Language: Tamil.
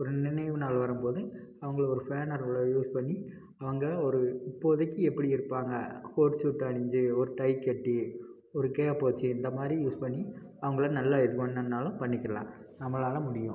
ஒரு நினைவு நாள் வரும்போது அவங்களை ஒரு பேனரில் யூஸ் பண்ணி அவங்க ஒரு இப்போதைக்கு எப்படி இருப்பாங்க கோட் சூட் அணிஞ்சு ஒரு டைக்கட்டி ஒரு கேப் வெச்சு இந்த மாதிரி யூஸ் பண்ணி அவங்களை நல்லா எது வேணும்ன்னாலும் பண்ணிக்கிலாம் நம்மளால் முடியும்